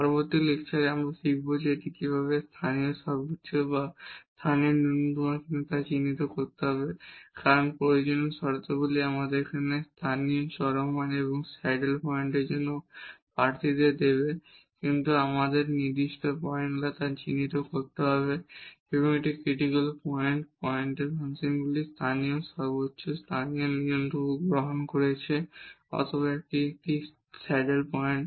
পরবর্তী লেকচারে আমরা এখন শিখব কিভাবে এটি লোকাল ম্যাক্সিমা এবং লোকাল মিনিমা কিনা তা চিহ্নিত করতে হবে কারণ প্রয়োজনীয় শর্তাবলী আমাদের স্থানীয় চরমমান এবং স্যাডেল পয়েন্টের জন্য ক্যান্ডিডেডদের দেবে কিন্তু তারপর আমাদের একটি নির্দিষ্ট পয়েন্ট কিনা তা চিহ্নিত করতে হবে একটি প্রদত্ত ক্রিটিকাল পয়েন্ট ফাংশনটি স্থানীয় সর্বোচ্চ স্থানীয় ন্যূনতম গ্রহণ করছে অথবা এটি একটি স্যাডেল পয়েন্ট